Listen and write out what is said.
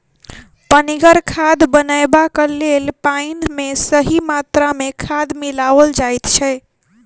पनिगर खाद बनयबाक लेल पाइन मे सही मात्रा मे खाद मिलाओल जाइत छै